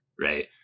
right